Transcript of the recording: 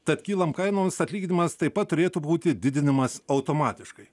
tad kylant kainoms atlyginimas taip pat turėtų būti didinamas automatiškai